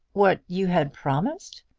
what you had promised?